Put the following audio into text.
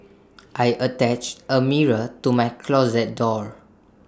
I attached A mirror to my closet door